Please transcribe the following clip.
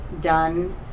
done